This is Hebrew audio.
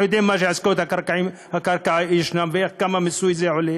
אנחנו יודעים על עסקאות הקרקע וכמה המיסוי עולה